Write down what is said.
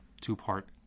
two-part